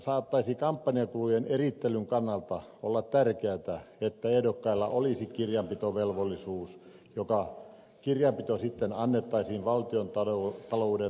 saattaisi kampanjakulujen erittelyn kannalta olla tärkeätä että ehdokkailla olisi kirjanpitovelvollisuus joka kirjanpito sitten annettaisiin valtiontalouden tarkastusvirastolle